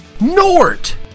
Nort